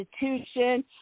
institution